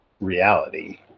reality